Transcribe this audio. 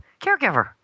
caregiver